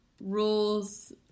rules